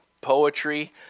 poetry